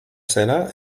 zela